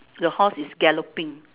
the horse is galloping